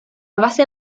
base